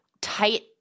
tight